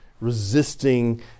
resisting